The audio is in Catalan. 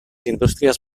indústries